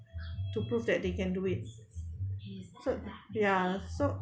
to prove that they can do it so ya so